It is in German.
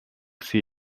sie